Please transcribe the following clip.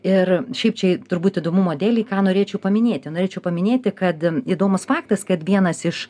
ir šiaip čia turbūt įdomumo dėlei ką norėčiau paminėti norėčiau paminėti kad įdomus faktas kad vienas iš